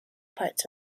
parts